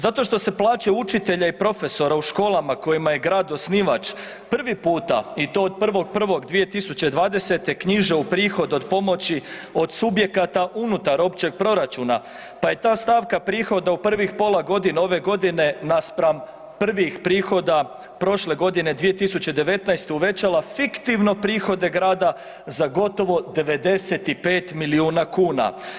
Zato što se plaće učitelja i profesora u školama kojima je grad osnivač, prvi puta i to od 1.1.2020. knjiže u prihod od pomoći od subjekata unutar općeg proračuna, pa je ta stavka prihoda u prvih pola godine ove godine naspram prvih prihoda prošle godine 2019. uvećala fiktivno prihode grada za gotovo 95 milijuna kuna.